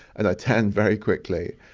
and i tan very quickly.